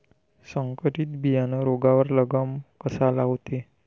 संकरीत बियानं रोगावर लगाम कसा लावते?